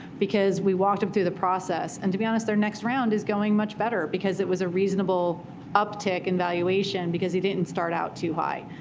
because we walked him through the process. and to be honest, their next round is going much better, because it was a reasonable uptick in valuation, because he didn't start out too high.